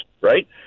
right